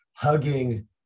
Hugging